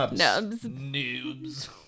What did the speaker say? noobs